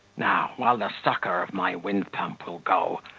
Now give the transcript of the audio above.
now, while the sucker of my wind-pump will go,